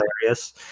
hilarious